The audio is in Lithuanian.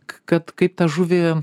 kad kaip tą žuvį